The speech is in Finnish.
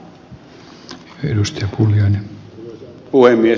arvoisa puhemies